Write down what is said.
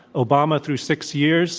obama through six years,